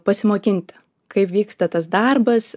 pasimokint kaip vyksta tas darbas